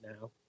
now